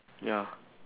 ya